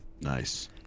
Nice